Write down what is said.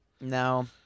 No